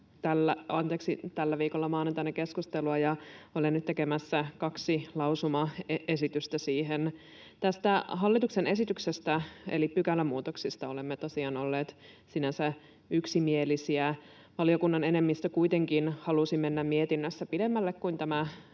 käytiin tällä viikolla maanantaina keskustelua, ja olen nyt tekemässä kaksi lausumaesitystä siihen. Tästä hallituksen esityksestä eli pykälämuutoksista olemme tosiaan olleet sinänsä yksimielisiä. Valiokunnan enemmistö kuitenkin halusi mennä mietinnössä pidemmälle kuin tässä